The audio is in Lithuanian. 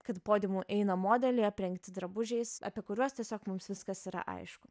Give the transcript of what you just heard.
kad podiumu eina modeliai aprengti drabužiais apie kuriuos tiesiog mums viskas yra aišku